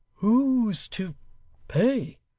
who's to pay